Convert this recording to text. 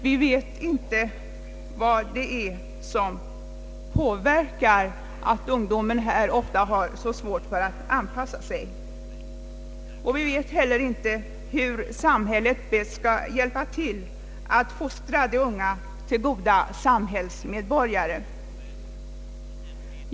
Vi vet inte vad det beror på att ungdomen ofta har så svårt att anpassa sig. Vi vet heller inte hur samhället bäst skall hjälpa till att fostra de unga till goda samhällsmedborgare.